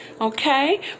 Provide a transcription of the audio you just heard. Okay